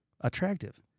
attractive